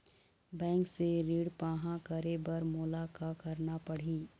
Bank से ऋण पाहां करे बर मोला का करना पड़ही?